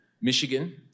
Michigan